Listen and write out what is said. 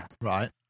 right